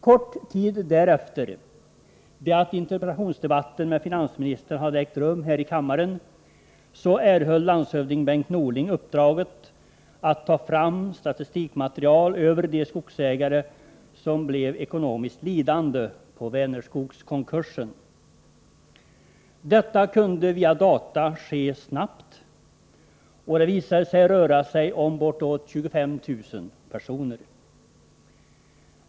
Kort tid efter det att interpellationsdebatten med finansdebatten hade ägt rum här i kammaren erhöll landshövdning Bengt Norling uppdraget att ta fram statistikmaterial över de skogsägare som blev ekonomiskt lidande på Vänerskogskonkursen. Detta kunde via data ske snabbt, och det visade sig röra sig om bortåt 25 000 personer.